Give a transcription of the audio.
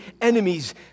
enemies